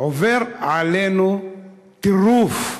עובר עלינו טירוף.